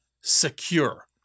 secure